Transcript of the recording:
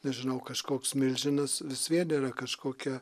nežinau kažkoks milžinas vis vien yra kažkokia